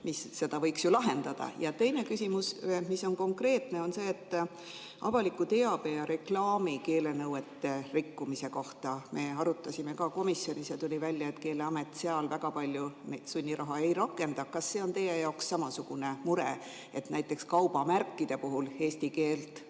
mis seda kõike võiks ju lahendada? Teine küsimus on konkreetne. Avaliku teabe ja reklaami keelenõuete rikkumisi me arutasime ka komisjonis ja tuli välja, et Keeleamet seal väga palju sunniraha ei rakenda. Kas see on teie jaoks samasugune mure, et näiteks kaubamärkide puhul eesti keelt